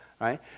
right